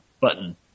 button